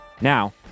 Now